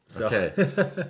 Okay